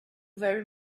very